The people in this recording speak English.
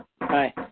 Hi